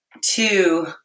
two